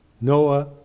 Noah